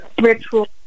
ritual